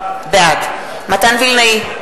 בעד מתן וילנאי,